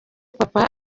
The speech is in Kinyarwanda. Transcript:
papa